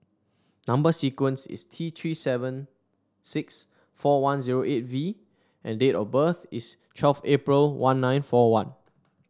number sequence is T Three seven six four one zero eight V and date of birth is twelve April one nine four one